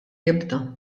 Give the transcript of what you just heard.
jibda